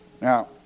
now